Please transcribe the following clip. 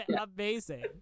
Amazing